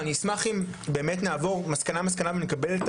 ואני אשמח אם באמת נעבור מסקנה-מסקנה ונקבל את